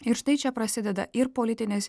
ir štai čia prasideda ir politinis